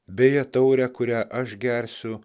beje taurę kurią aš gersiu